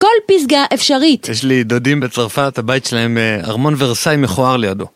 כל פסגה אפשרית. יש לי דודים בצרפת, הבית שלהם ארמון ורסאי מכוער לידו.